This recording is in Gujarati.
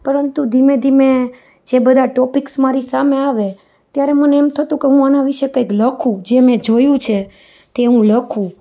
પરંતુ ધીમે ધીમે જે બધાં ટોપિક્સ મારી સામે આવે ત્યારે મને એમ થતું કે હું આના વિષે કાંઇક લખું જે મેં જોયું છે તે હું લખું